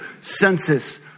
census